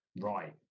Right